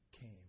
came